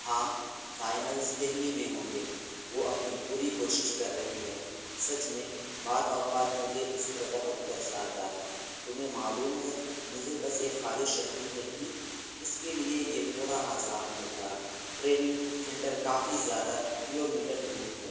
ہاں فائنلز دہلی میں ہوں گے وہ اپنی پوری کوشش کر رہی ہے سچ میں بعض اوقات مجھے اس پر بہت ترس آتا ہے تمہیں معلوم ہے مجھے بس یہ خواہش رہتی ہے کہ اس کے لیے یہ تھوڑا آسان ہوتا ٹریننگ سنٹر کافی زیادہ کلو میٹر دور ہے